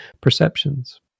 perceptions